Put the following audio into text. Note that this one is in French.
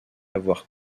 avoir